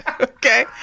Okay